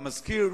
והמזכיר